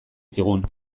zigun